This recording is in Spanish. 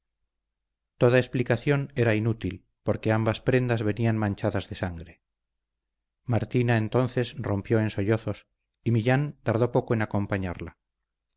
toda explicación era inútil porque ambas prendas venían manchadas de sangre martina entonces rompió en sollozos y millán tardó poco en acompañarla